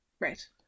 Right